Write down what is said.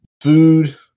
food